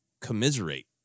commiserate